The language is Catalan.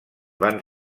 van